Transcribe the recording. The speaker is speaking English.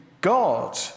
God